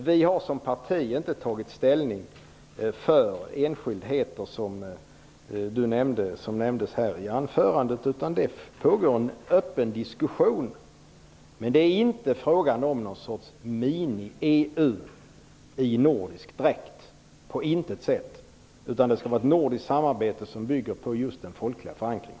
Vi har som parti inte tagit ställning för sådana enskildheter som Holger Gustafsson nämnde i sitt anförande, utan det pågår en öppen diskussion. Det är emellertid inte fråga om någon sorts "mini-EU" i nordisk dräkt - på intet sätt - utan det skall vara ett nordiskt samarbete som bygger på just den folkliga förankringen.